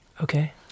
Okay